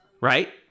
right